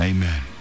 Amen